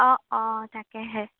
অঁ অঁ তাকেহে